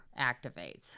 activates